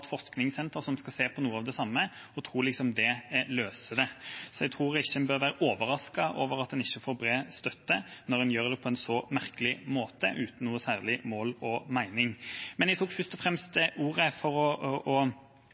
forskningssenter som skal se på noe av det samme, og tro at det liksom løser det. Jeg tror ikke en bør være overrasket over at en ikke får bred støtte når en gjør det på en så merkelig måte, uten noe særlig mål og mening. Jeg tok først og fremst ordet for å